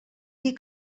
dir